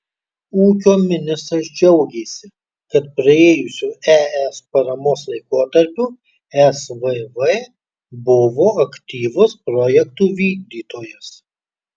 ūkio ministras džiaugėsi kad praėjusiu es paramos laikotarpiu svv buvo aktyvus projektų vykdytojas